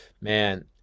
man